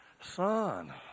Son